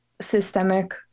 systemic